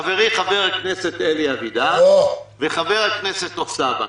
חברי חבר הכנסת אלי אבידר וחבר הכנסת אוסאמה,